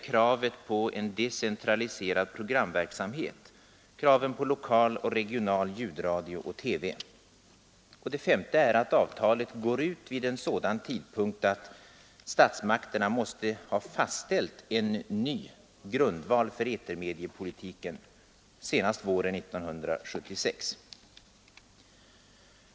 Kravet på en decentraliserad programverksamhet, kraven på lokal och regional ljudradio och TV. S. Avtalet går ut vid en sådan tidpunkt att statsmakterna måste ha fastställt en ny grundval för etermediepolitiken senast våren 1976.